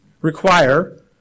require